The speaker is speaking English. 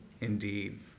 Indeed